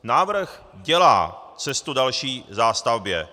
Návrh dělá cestu další zástavbě.